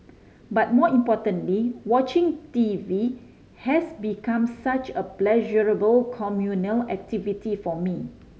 but more importantly watching T V has become such a pleasurable communal activity for me